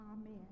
Amen